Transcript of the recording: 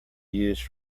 used